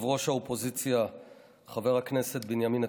ראש האופוזיציה חבר הכנסת בנימין נתניהו,